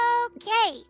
okay